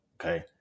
Okay